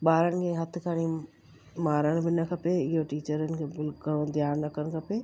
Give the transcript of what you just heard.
ॿारनि खे हथ खणी मारण बि न खपे इहो टीचरुनि खे बिल्कुलु ध्यानु रखणु खपे